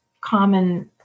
common